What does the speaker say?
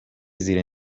زیر